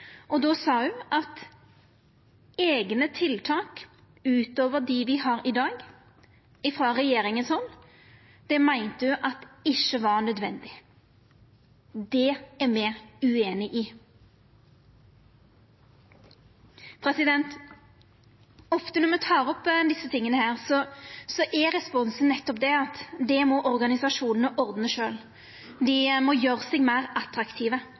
februar. Då sa ho: «Egne tiltak, utover dem vi har i dag, mener regjeringen ikke er nødvendig.» Det er me ueinige i. Ofte når me tek opp desse tinga, er responsen nettopp at det må organisasjonane ordna sjølve. Dei må gjera seg meir attraktive,